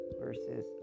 versus